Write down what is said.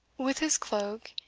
with his cloak,